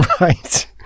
Right